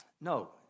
no